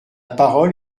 parole